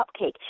cupcake